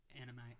anime